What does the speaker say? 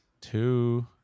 two